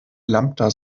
lambda